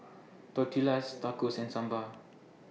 Tortillas Tacos and Sambar